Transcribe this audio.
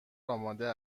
آماده